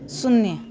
शून्य